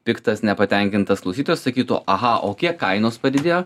piktas nepatenkintas klausytojas sakytų aha o kiek kainos padidėjo